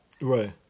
right